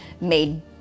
made